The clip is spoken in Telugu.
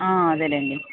ఆదేలేండి